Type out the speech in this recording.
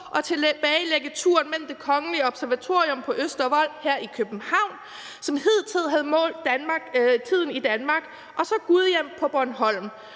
at tilbagelægge turen mellem det kongelige observatorium på Østervold her i København, som hidtil havde målt tiden i Danmark, og Gudhjem på Bornholm.